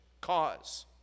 cause